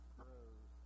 grows